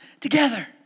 together